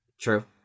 true